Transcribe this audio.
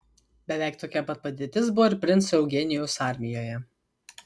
beveik tokia pat padėtis buvo ir princo eugenijaus armijoje